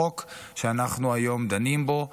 החוק שאנחנו דנים בו היום,